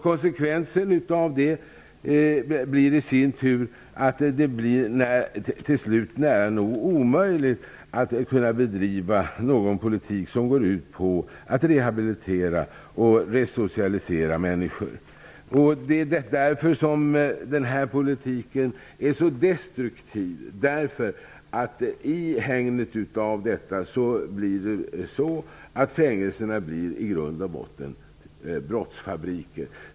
Konsekvensen blir sedan att det till slut blir nära nog omöjligt att bedriva en politik som går ut på att rehabilitera och resocialisera människor. Det är av den anledningen som den politik som justitieministern förespråkar är så destruktiv. I hägnet av detta blir fängelserna nämligen i grund och botten brottsfabriker.